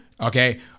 okay